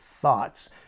thoughts